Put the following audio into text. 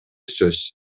сөз